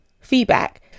feedback